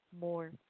more